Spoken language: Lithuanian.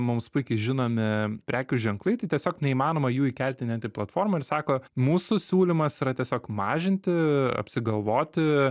mums puikiai žinomi prekių ženklai tai tiesiog neįmanoma jų įkelti net į platformą ir sako mūsų siūlymas yra tiesiog mažinti apsigalvoti